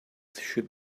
should